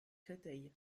créteil